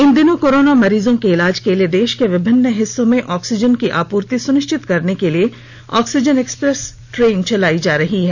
इन दिनों कोरोना मरीजों के इलाज के लिए देश के विभिन्न हिस्सों में ऑक्सीजन की आपूर्ति सुनिश्चित करने के लिए ऑक्सीजन एक्सप्रेस ट्रेन चलाई जा रही है